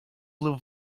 blue